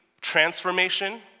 transformation